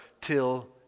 till